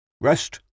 Rest